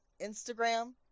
Instagram